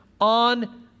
on